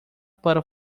para